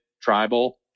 tribal